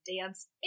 dance